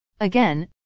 Again